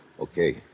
Okay